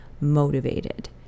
motivated